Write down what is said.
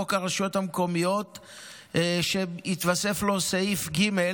בחוק הרשויות המקומיות, שהתווסף לו סעיף (ג):